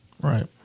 Right